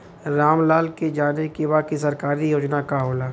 राम लाल के जाने के बा की सरकारी योजना का होला?